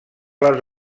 les